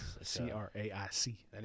C-R-A-I-C